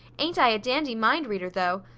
ain't i a dandy mind reader though?